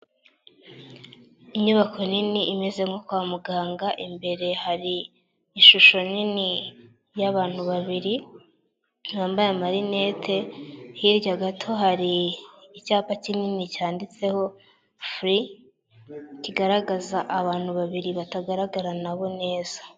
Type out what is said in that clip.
Inyubako nini imeze nko kwa muganga imbere hari ishusho nini y'abantu babiri bambaye marinete, hirya gato hari icyapa kinini cyanditseho furi kigaragaza abantu babiri batagaragara nabo neza.